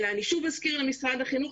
אלא אני שוב אזכיר למשרד החינוך,